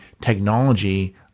technology